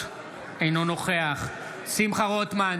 אינו נוכח שמחה רוטמן